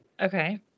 Okay